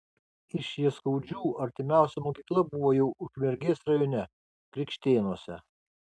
iš jaskaudžių artimiausia mokykla buvo jau ukmergės rajone krikštėnuose